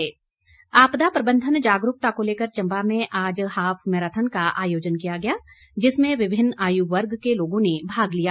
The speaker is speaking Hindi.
मैराथन आपदा प्रबंधन जागरूकता को लेकर चम्बा में आज हॉफ मैराथन का आयोजन किया गया जिसमें विभिन्न आयु वर्ग के लोगों ने भाग लिया